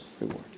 reward